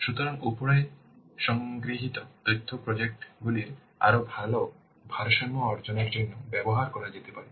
সুতরাং উপরে সংগৃহীত তথ্য প্রজেক্ট গুলির আরও ভাল ভারসাম্য অর্জনের জন্য ব্যবহার করা যেতে পারে